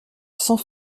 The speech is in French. sans